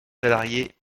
salariés